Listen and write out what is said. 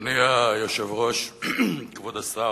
אדוני היושב-ראש, כבוד השר,